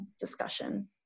discussion